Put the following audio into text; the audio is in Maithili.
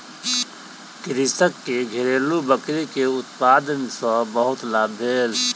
कृषक के घरेलु बकरी के उत्पाद सॅ बहुत लाभ भेल